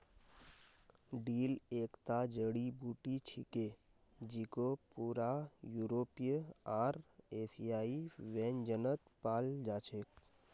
dill एकता जड़ी बूटी छिके जेको पूरा यूरोपीय आर एशियाई व्यंजनत पाल जा छेक